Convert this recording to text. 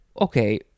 okay